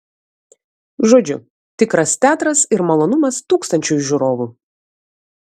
žodžiu tikras teatras ir malonumas tūkstančiui žiūrovų